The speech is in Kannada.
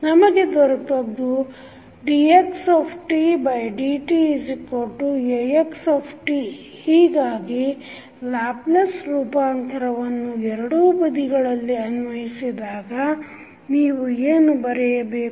ನಮಗೆ ದೊರೆತದ್ದು dxdtAxt ಹೀಗಾಗಿ ಲ್ಯಾಪ್ಲೇಸ್ ರೂಪಾಂತರವನ್ನು ಎರಡೂಬದಿಗಳಲ್ಲಿ ಅನ್ವಯಿಸಿದಾಗ ನೀವು ಏನು ಬರೆಯಬೇಕು